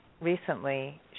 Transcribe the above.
recently